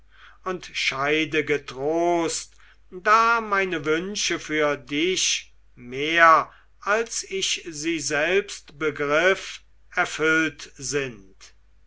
und scheide getrost da meine wünsche für dich mehr als ich sie selbst begriff erfüllt sind